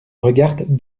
regarde